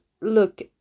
look